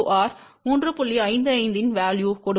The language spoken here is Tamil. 55 இன் வேல்யு கொடுக்கும்